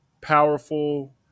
powerful